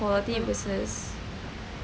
equality versus